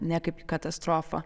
ne kaip į katastrofą